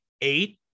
eight